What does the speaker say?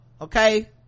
okay